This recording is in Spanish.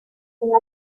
una